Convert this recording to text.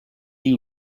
you